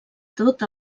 tot